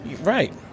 right